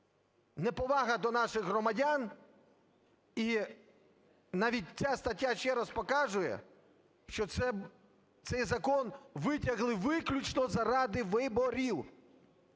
неповага до наших громадян. І навіть ця стаття ще раз показує, що цей закон витягли виключно заради виборів.